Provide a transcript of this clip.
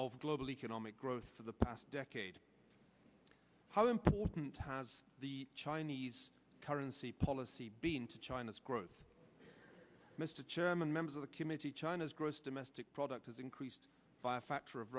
of global economic growth for the past decade how important has the chinese currency policy been to china's growth mr chairman members of the committee china's gross domestic product has increased by a factor of